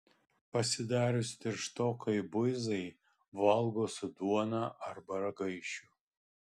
pasidarius tirštokai buizai valgo su duona arba ragaišiu